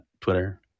Twitter